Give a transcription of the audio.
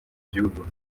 gihugu